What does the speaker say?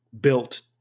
built